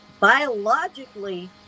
biologically